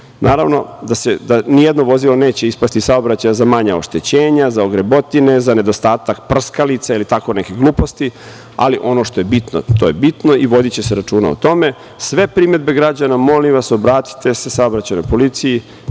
itd. Naravno da nijedno vozilo neće ispasti iz saobraćaja za manja oštećenja, za ogrebotine, za nedostatak prskalice ili tako nekih gluposti, ali ono što je bitno to je bitno i vodiće se računa o tome. Sve primedbe građana molim vas obratite se saobraćajnoj policiji.